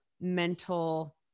mental